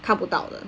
看不到的